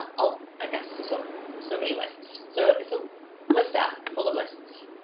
ah ah ah got so so so many lists so it's a list at full of lists